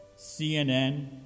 CNN